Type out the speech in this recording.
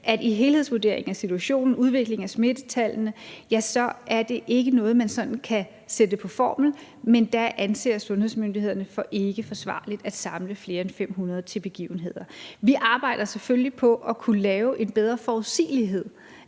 til helhedsvurderingen af situationen og udviklingen af smittetallene er det ikke noget, man sådan kan sætte på formel, men der anser sundhedsmyndighederne det ikke som forsvarligt at samle flere end 500 til begivenheder. Vi arbejder selvfølgelig på at kunne lave en bedre forudsigelighed,